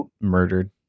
murdered